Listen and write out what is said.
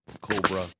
Cobra